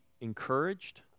encouraged